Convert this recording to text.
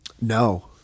No